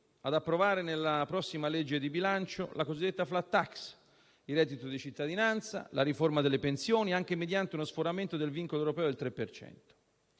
ad approvare nella prossima legge di bilancio la cosiddetta *flat tax*, il reddito di cittadinanza, la riforma delle pensioni, anche mediante uno sforamento del vincolo europeo del 3